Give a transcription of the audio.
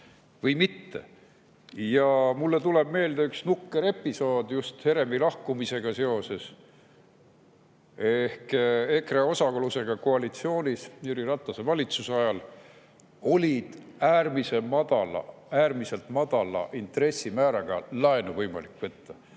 või mitte. Mulle tuleb meelde üks nukker episood Heremi lahkumisega seoses. EKRE osalusega koalitsioonis Jüri Ratase valitsuse ajal oli äärmiselt madala intressimääraga laenu võimalik võtta